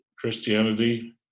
Christianity